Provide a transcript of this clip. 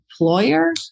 employer